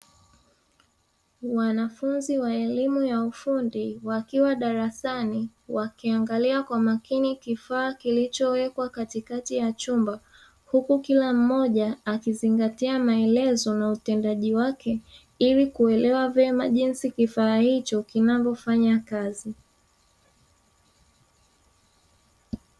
Wanafunzi wa elimu ya ufundi wakiwa darasani wakiangalia kwa makini kifaa kilichowekwa katikati ya chombo, huku kila mmoja akizingatia maelezo na utendaji wake ili kuelewa vema jinsi kifaa hicho kinavyofanya kazi.